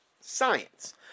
science